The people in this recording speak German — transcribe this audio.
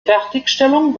fertigstellung